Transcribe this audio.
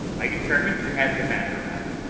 i determined to have the matter out.